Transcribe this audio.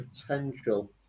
potential